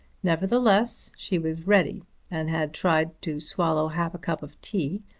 nevertheless she was ready and had tried to swallow half a cup of tea,